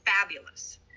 fabulous